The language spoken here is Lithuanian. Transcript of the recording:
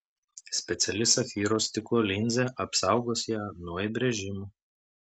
speciali safyro stiklo linzė apsaugos ją nuo įbrėžimų